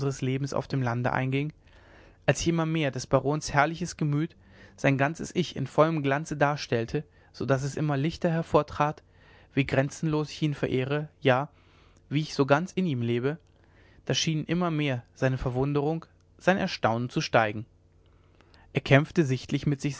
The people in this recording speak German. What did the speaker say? auf dem lande einging als ich immer mehr des barons herrliches gemüt sein ganzes ich in vollem glanz darstellte so daß es immer lichter hervortrat wie grenzenlos ich ihn verehre ja wie ich so ganz in ihm lebe da schien immer mehr seine verwunderung sein erstaunen zu steigen er kämpfte sichtlich mit